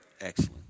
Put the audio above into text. Excellent